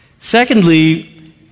Secondly